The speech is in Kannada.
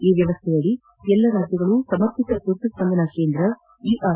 ಈ ವ್ಯವಸ್ಥೆಯಡಿಯಲ್ಲಿ ಎಲ್ಲ ರಾಜ್ಯಗಳೂ ಸಮರ್ಪಿತ ತುರ್ತು ಸ್ಪಂದನಾ ಕೇಂದ್ರ ಇಆರ್